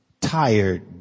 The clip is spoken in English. tired